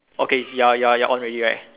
okay you are you are on already right